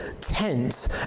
tent